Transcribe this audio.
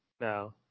No